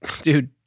dude